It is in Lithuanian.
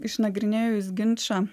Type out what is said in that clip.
išnagrinėjus ginčą